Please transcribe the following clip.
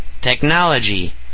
technology